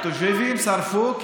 התושבים שרפו,